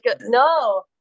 No